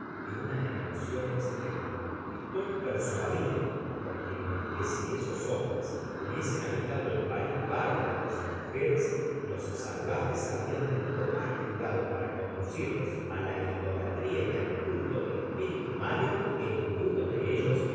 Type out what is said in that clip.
y una emocion estremada estoy persuadido continuó que si esos hombres hubiesen habitado el pais bárbaro de sus mujeres los salvajes habrian tenido mas cuidado para conducirlos á la ido content from google book search generated at latria y al cuito del espirita malo que ninguno da elley